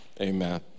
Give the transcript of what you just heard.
Amen